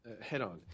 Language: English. head-on